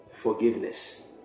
Forgiveness